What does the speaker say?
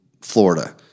Florida